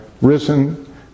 risen